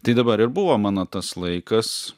tai dabar ir buvo mano tas laikas